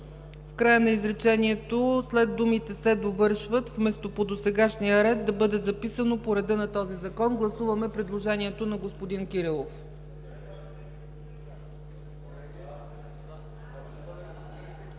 в края на изречението след думите „се довършват“ вместо „по досегашния ред“ да бъде записано „по реда на този Закон“. Гласуваме предложението на господин Кирилов.